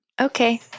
Okay